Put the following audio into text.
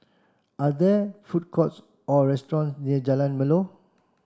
are there food courts or restaurant near Jalan Melor